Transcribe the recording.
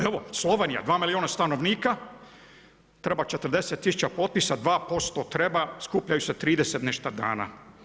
Evo Slovenija, 2 milijuna stanovnika treba 40 000 potpisa, 2% treba, skupljaju se 30 i nešta dana.